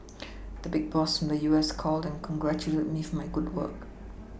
the big boss from the U S called and congratulated me for my good work